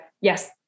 yes